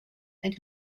and